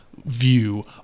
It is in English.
view